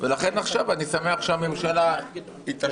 ולכן עכשיו אני שמח שהממשלה התעשתה.